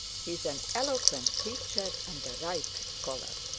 he is an eloquent preacher and a ripe scholar.